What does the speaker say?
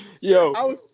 Yo